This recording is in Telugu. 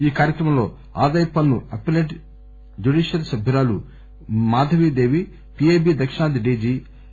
ఈ కార్యక్రమంలో ఆదాయ పన్ను అప్పిలేట్ జుడీషియల్ సభ్యురాలు మాధవి దేవి పీఐబీ దక్షిణాది డీజీ ఎస్